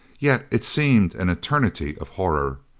yet it seemed an eternity of horror.